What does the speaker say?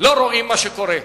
ולא רואים מה שקורה.